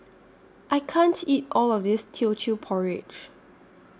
I can't eat All of This Teochew Porridge